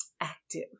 active